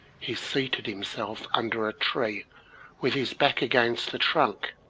he seated himself under a tree with his back against the trunk,